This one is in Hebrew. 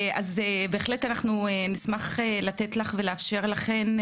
אז בהחלט אנחנו נשמח לתת לך ולאפשר לכם,